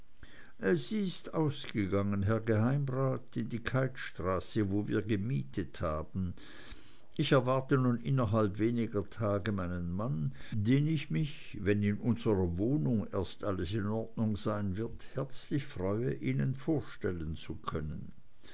sie ist ausgegangen herr geheimrat in die keithstraße wo wir gemietet haben ich erwarte nun innerhalb weniger tage meinen mann den ich mich wenn in unserer wohnung erst alles in ordnung sein wird herzlich freue ihnen vorstellen zu können